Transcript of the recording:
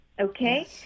okay